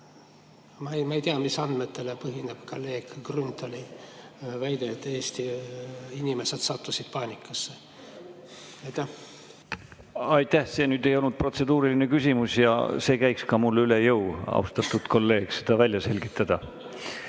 Ma ei tea, mis andmetele põhineb kolleeg Grünthali väide, et Eesti inimesed sattusid paanikasse. See nüüd ei olnud protseduuriline küsimus ja mulle käiks ka üle jõu, austatud kolleeg, seda välja selgitada.